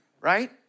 right